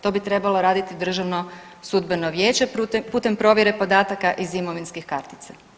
To bi trebalo raditi Državno sudbeno vijeće putem provjere podataka iz imovinskih kartica.